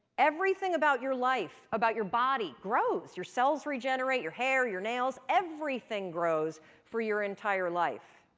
everything about your life, about your body, grows! your cells regenerate, your hair, your nails, everything grows for your entire life.